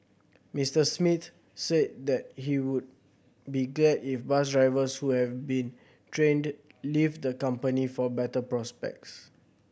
Mister Smith said that he would be glad if bus drivers who have been trained leave the company for better prospects